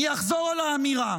אני אחזור על האמירה: